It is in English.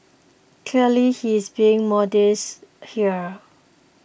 clearly he's being modest here